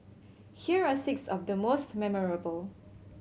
here are six of the most memorable